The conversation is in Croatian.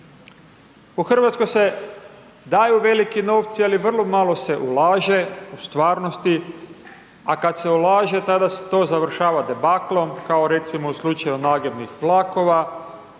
U Hrvatskoj se daju veliki novci, ali vrlo malo se ulaže u stvarnosti, a kad se ulaže, tada to završava debaklom, kao recimo u slučaju nagibnih vlakova,